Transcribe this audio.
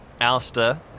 Alistair